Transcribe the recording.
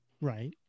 right